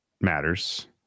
matters